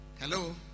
Hello